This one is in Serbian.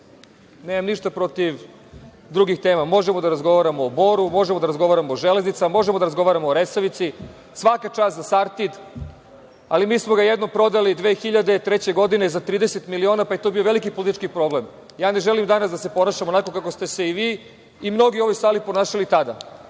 Nemam ništa protiv drugih tema. Možemo da razgovaramo o „Boru“, možemo da razgovaramo o „Železnicama“, možemo da razgovaramo o „Resavici“. Svaka čast za „Sartid“, ali mi smo ga jednom prodali 2003. godine za 30 miliona, pa je to bio veliki politički problem. Ja ne želim danas da se ponašam onako kako ste se i vi i mnogi u ovoj sali ponašali tada.